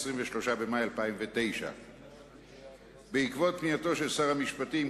23 במאי 2009. בעקבות פנייתו של שר המשפטים,